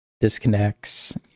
disconnects